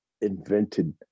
invented